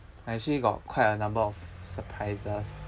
I actually got quite a number of surprises